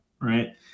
Right